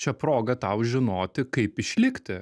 čia proga tau žinoti kaip išlikti